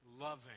loving